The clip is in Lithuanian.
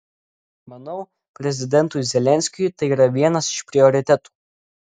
manau prezidentui zelenskiui tai yra vienas iš prioritetų